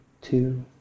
two